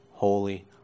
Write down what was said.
holy